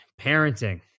parenting